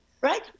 Right